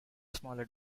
smaller